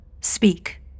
Speak